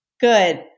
good